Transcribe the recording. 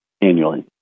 annually